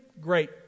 Great